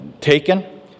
taken